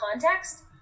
context